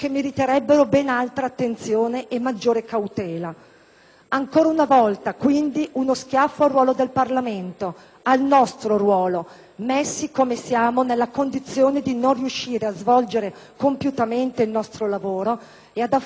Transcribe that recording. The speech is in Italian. Ancora una volta, quindi, uno schiaffo al ruolo del Parlamento, al nostro ruolo, messi come siamo nella condizione di non riuscire a svolgere compiutamente il nostro lavoro e ad affrontare con la dovuta serietà l'esame dei provvedimenti.